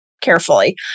carefully